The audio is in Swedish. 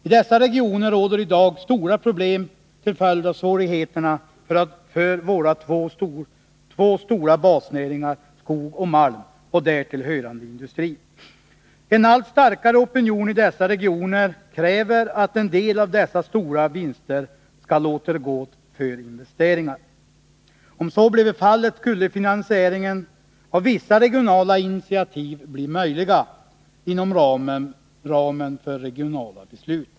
I dessa regioner råder i dag stora problem till följd av svårigheterna för våra två stora basnäringar skog och malm och därtill hörande industri. En allt starkare opinion i dessa regioner kräver att en del av de stora vinsterna skall återgå för investeringar. Om så blev fallet skulle finansieringen av vissa regionala initiativ bli möjlig inom ramen för regionala beslut.